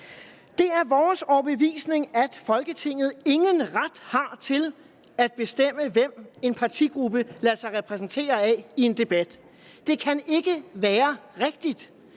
Det er vores overbevisning, at Folketinget ingen ret har til at bestemme, hvem en partigruppe lader sig repræsentere af i en debat. Det kan ikke være rigtigt,